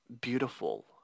beautiful